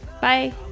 Bye